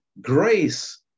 Grace